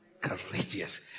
courageous